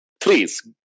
please